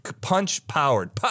Punch-powered